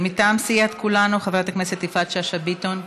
מטעם סיעת כולנו, חברת הכנסת יפעת שאשא ביטון.